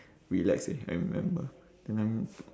relax eh I remember and I'm